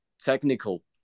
technical